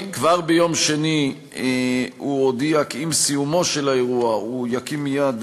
כבר ביום שני הוא הודיע כי עם סיומו של האירוע הוא יקים מייד